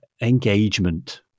engagement